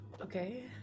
okay